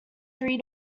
three